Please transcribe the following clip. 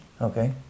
Okay